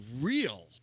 real